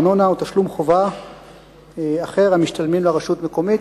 ארנונה או תשלום חובה אחר המשתלמים לרשות מקומית.